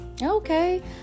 Okay